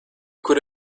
could